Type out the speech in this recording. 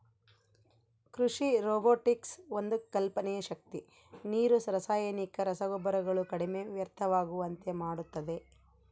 ಕೃಷಿ ರೊಬೊಟಿಕ್ಸ್ ಒಂದು ಕಲ್ಪನೆ ಶಕ್ತಿ ನೀರು ರಾಸಾಯನಿಕ ರಸಗೊಬ್ಬರಗಳು ಕಡಿಮೆ ವ್ಯರ್ಥವಾಗುವಂತೆ ಮಾಡುತ್ತದೆ